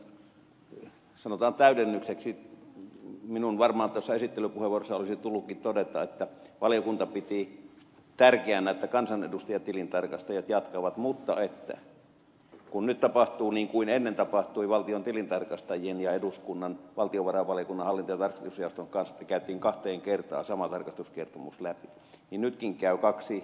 salon puheenvuoron sanotaan täydennykseksi minun varmaan tuossa esittelypuheenvuorossani olisi tullutkin todeta että valiokunta piti tärkeänä että kansanedustajatilintarkastajat jatkavat mutta että kun nyt tapahtuu niin kuin ennen tapahtui valtiontilintarkastajien ja eduskunnan valtiovarainvaliokunnan hallinto ja tarkastusjaoston kanssa että käytiin kahteen kertaan sama tarkastuskertomus läpi nytkin käy kaksi instanssia